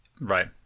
Right